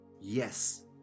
Yes